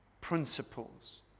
principles